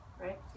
right